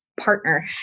partner